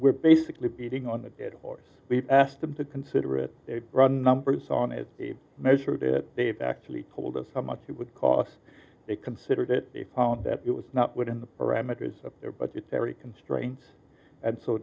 we're basically beating on the dead horse we've asked them to consider it run numbers on it measure that they've actually told us how much it would cost they considered it found that it was not within the parameters of their budgetary constraints and so